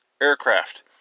aircraft